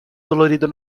dolorido